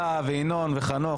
אתה וינון וחנוך